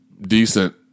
decent